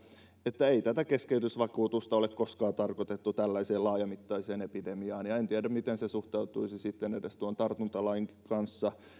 että ei tätä keskeytysvakuutusta ole koskaan tarkoitettu tällaiseen laajamittaiseen epidemiaan ja en tiedä miten se suhtautuisi sitten edes tuon tartuntalain kanssa